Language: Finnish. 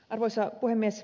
arvoisa puhemies